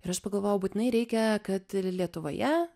ir aš pagalvojau būtinai reikia kad ir lietuvoje